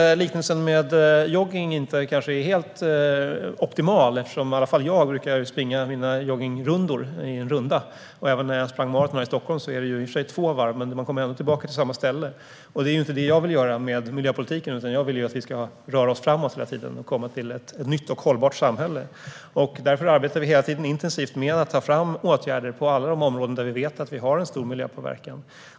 Liknelsen med joggning är kanske inte helt optimal. Åtminstone jag själv brukar springa mina joggningsvarv i en runda. Jag har även sprungit maraton här i Stockholm, och även om det är två varv kommer man ändå tillbaka till samma ställe. Det vill jag inte göra med miljöpolitiken, utan jag vill ju att vi ska röra oss framåt hela tiden och komma till ett nytt och hållbart samhälle. Därför arbetar vi hela tiden intensivt med att ta fram åtgärder på alla de områden där vi vet att vi har en stor miljöpåverkan.